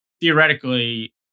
theoretically